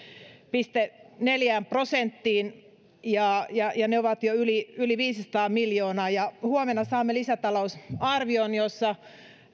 pilkku neljään prosenttiin ja ja ne ovat jo yli yli viisisataa miljoonaa huomenna saamme lisätalousarvion jossa